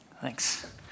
Thanks